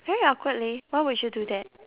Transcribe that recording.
very awkward leh why would she do that